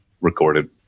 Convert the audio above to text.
recorded